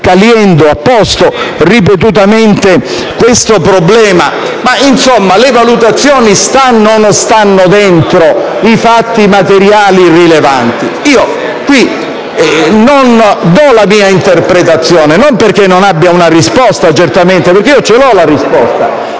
Caliendo ha posto ripetutamente questo problema: insomma, le valutazioni stanno o non stanno dentro i fatti materiali rilevanti? Qui non do la mia interpretazione, non perché non abbia una risposta (perché io una risposta